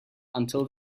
until